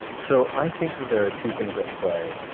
so i think that there are two things at play.